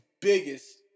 biggest